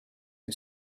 who